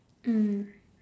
mm